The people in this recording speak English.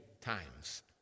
times